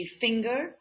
finger